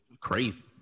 crazy